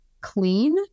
clean